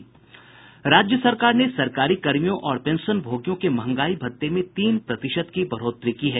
राज्य सरकार ने सरकारीकर्मियों और पेंशनभोगियों के महंगाई भत्ते में तीन प्रतिशत की बढ़ोतरी की है